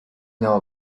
know